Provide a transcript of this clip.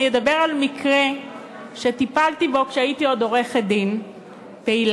אני אדבר על מקרה שטיפלתי בו כשהייתי עוד עורכת-דין פעילה.